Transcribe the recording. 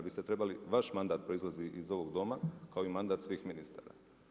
Vi ste trebali vaš mandat proizlazi iz ovog Doma kao i mandat svih ministara.